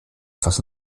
etwas